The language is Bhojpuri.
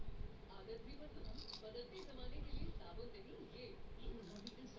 व्यवसायी थोक में माल कम रेट पर खरीद कर लाभ कमावलन